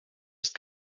ist